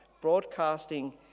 broadcasting